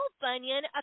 Bunyan